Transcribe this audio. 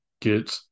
get